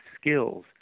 skills